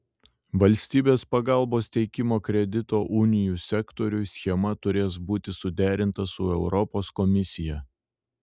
valstybės pagalbos teikimo kredito unijų sektoriui schema turės būti suderinta su europos komisija